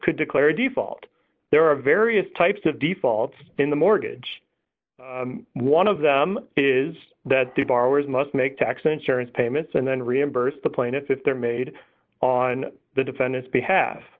could declare a default there are various types of defaults in the mortgage one of them is that the borrowers must make tax insurance d payments and then reimburse the plaintiff if they're made on the defendant's behalf